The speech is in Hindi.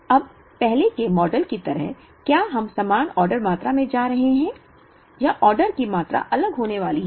अब पहले के मॉडल की तरह क्या हम समान ऑर्डर मात्रा में जा रहे हैं या ऑर्डर की मात्रा अलग होने वाली है